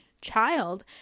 child